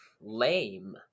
Lame